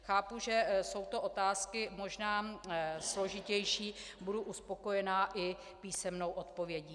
Chápu, že jsou to otázky možná složitější, budu uspokojená i písemnou odpovědí.